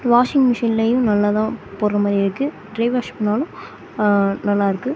washing மிஷின்லேயும் நல்லா தான் போடுற மாதிரி இருக்கு ட்ரை வாஷ் பண்ணாலும் நல்லாயிருக்கு